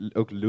ook